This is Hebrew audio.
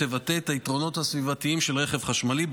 שתבטא את היתרונות הסביבתיים של רכב חשמלי.